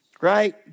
right